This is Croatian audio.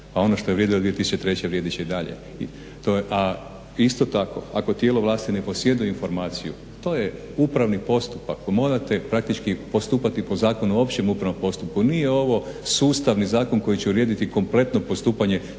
a ono što je vrijedilo 2003. vrijedit će i dalje. Isto tako, ako tijelo vlasti ne posjeduje informaciju to je upravni postupak, morate praktički postupati po Zakonu o općem upravnom postupku. Nije ovo sustavni zakon koji će urediti kompletno postupanje